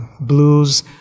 blues